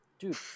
Dude